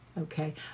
Okay